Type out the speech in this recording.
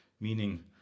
meaning